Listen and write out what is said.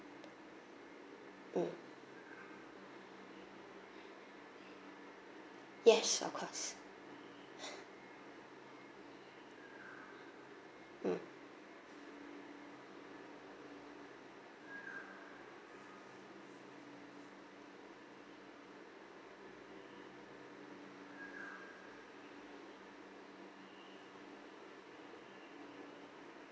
mm yes of course mm